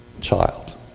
child